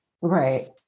Right